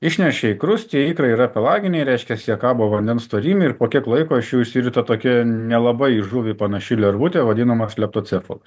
išneršei krusty ikrai yra pelaginiai reiškias jie kabo vandens storyme ir po kiek laiko iš jų išsirita tokia nelabai į žuvį panaši lervute vadinama leptocefalu